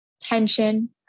tension